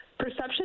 Perception